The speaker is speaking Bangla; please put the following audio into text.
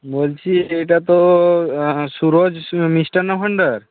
বলছি এটা তো সুরজ মিষ্টান্ন ভাণ্ডার